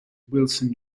wilson